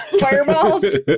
fireballs